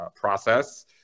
process